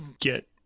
get